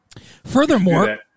Furthermore